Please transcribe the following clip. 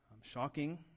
shocking